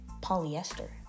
polyester